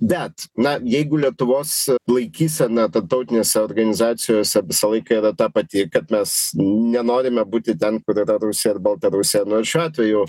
bet na jeigu lietuvos laikysena tarptautinėse organizacijose visą laiką yra ta pati kad mes nenorime būti ten kur yra rusija baltarusija nu šiuo atveju